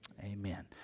Amen